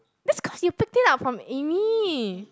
that's cause you picked it up from Amy